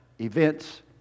events